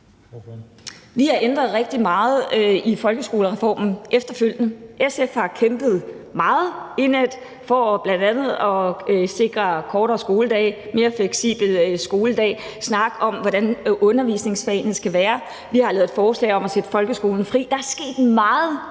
Vi har ændret rigtig meget i folkeskolereformen efterfølgende. SF har kæmpet meget indædt for bl.a. at sikre kortere skoledage, en mere fleksibel skoledag, snak om, hvordan undervisningsfagene skal være. Vi har lavet forslag om at sætte folkeskolen fri, og der er sket meget